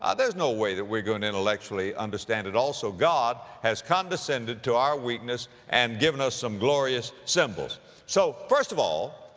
ah there's no way that we're going to intellectually understand it all, so god has condescended to our weakness and given us some glorious symbols. so first of all,